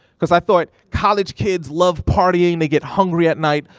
cause i thought college kids love partying. they get hungry at night.